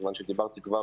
מכיוון שדיברתי כבר